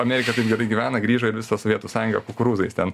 amerika taip gerai gyvena grįžo ir visą sovietų sąjungą kukurūzais ten